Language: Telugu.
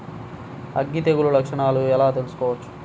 అగ్గి తెగులు లక్షణాలను ఎలా తెలుసుకోవచ్చు?